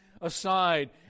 aside